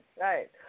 right